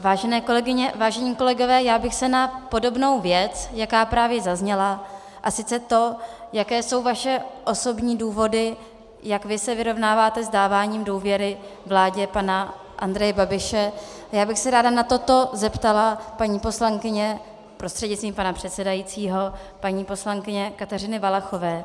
Vážené kolegyně, vážení kolegové, na podobnou věc, jaká právě zazněla, a sice to, jaké jsou vaše osobní důvody, jak vy se vyrovnáváte s dáváním důvěry vládě pana Andreje Babiše, na toto bych se ráda zeptala paní poslankyně prostřednictvím pana předsedajícího, paní poslankyně Kateřiny Valachové.